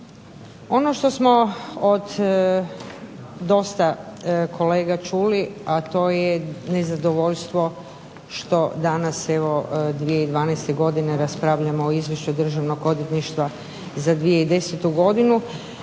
Ono što smo od dosta kolega čuli a to je nezadovoljstvo što danas 2012. raspravljamo o Izvješću Državnog odvjetništva za 2010. godinu